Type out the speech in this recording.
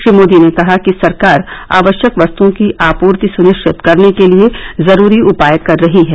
श्री मोदी ने कहा कि सरकार आवश्यक वस्तुओं की आपूर्ति सुनिश्चित रखने के लिए जरूरी उपाय कर रही है